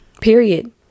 Period